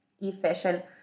efficient